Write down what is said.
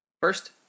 First